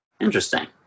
Interesting